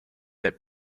that